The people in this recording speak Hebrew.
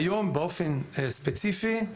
היום באופן ספציפי,